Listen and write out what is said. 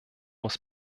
muss